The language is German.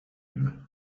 ihm